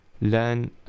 learn